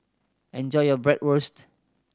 enjoy your Bratwurst